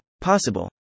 possible